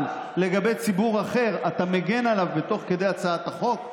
אבל על ציבור אחר אתה מגן תוך כדי הצעת החוק?